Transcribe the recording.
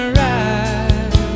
right